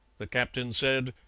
the captain said,